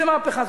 עושה מהפכה,